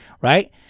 right